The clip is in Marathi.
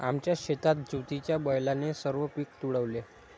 आमच्या शेतात ज्योतीच्या बैलाने सर्व पीक तुडवले